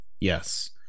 Yes